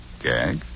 gag